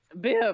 Biff